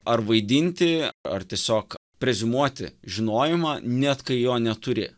ar vaidinti ar tiesiog preziumuoti žinojimą net kai jo neturi